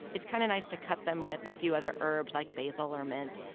it's kind of nice to cut them with a few other herbs like basil or mint,